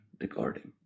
recording